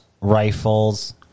rifles